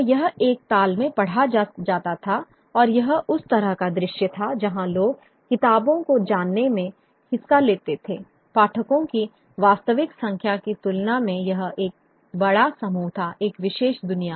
तो यह एक ताल में पढ़ा जाता था और यह उस तरह का दृश्य था जहां लोग किताबों को जानने में हिस्सा लेते थे पाठकों की वास्तविक संख्या की तुलना में यह एक बड़ा समूह था एक विशेष दुनिया